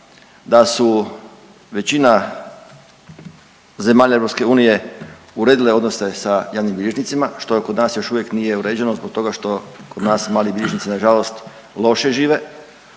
da su većina zemalja EU uredile odnose sa javnim bilježnicima što kod nas još uvijek nije uređeno zbog toga što kod nas mali bilježnici nažalost loše žive